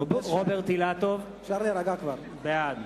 רוברט אילטוב, בעד